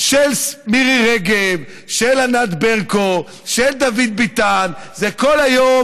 אני רוצה להגיד לשרה ולחבר הכנסת דוד ביטן שנמצא כאן,